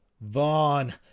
vaughn